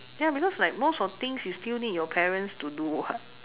ya because like most of things you still need your parents to do [what]